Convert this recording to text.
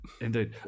Indeed